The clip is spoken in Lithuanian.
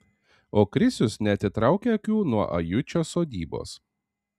o krisius neatitraukia akių nuo ajučio sodybos